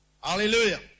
Hallelujah